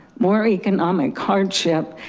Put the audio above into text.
more economic hardship.